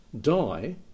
die